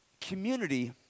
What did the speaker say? community